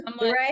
right